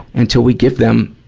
until we give them,